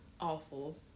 awful